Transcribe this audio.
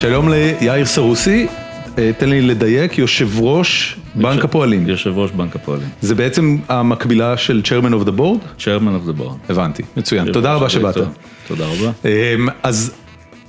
שלום ליאיר סרוסי, תן לי לדייק, יושב ראש בנק הפועלים. יושב ראש בנק הפועלים. זה בעצם המקבילה של Chairman of the Board? Chairman of the Board. הבנתי, מצוין. תודה רבה שבאת. תודה רבה. אז...